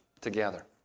together